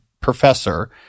professor